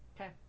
Okay